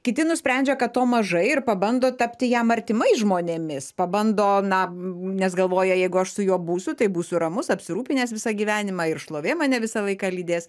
kiti nusprendžia kad to mažai ir pabando tapti jam artimais žmonėmis pabando na nes galvoja jeigu aš su juo būsiu tai būsiu ramus apsirūpinęs visą gyvenimą ir šlovė mane visą laiką lydės